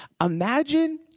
Imagine